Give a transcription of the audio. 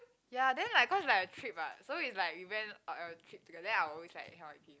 ya then like cause like a trip wat so is like we went on a trip together then I always like hang out with him